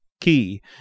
key